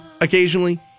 occasionally